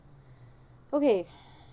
okay